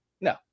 no